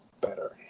better